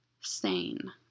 sane